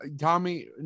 Tommy